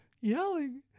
yelling